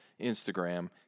Instagram